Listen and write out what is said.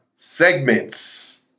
Segments